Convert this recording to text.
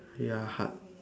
ya hard